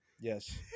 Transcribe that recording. Yes